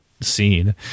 scene